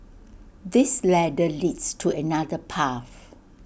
this ladder leads to another path